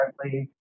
correctly